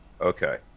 Okay